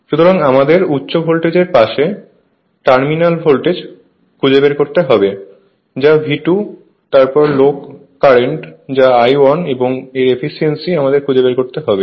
সুতরাং আমাদের উচ্চ ভোল্টেজের পাশে টার্মিনাল ভোল্টেজ খুঁজে বের করতে হবে যা V2 তারপর লো কারেন্ট যা I1 এবং এর এফিসিয়েন্সি আমাদের খুঁজে বের করতে হবে